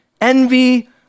envy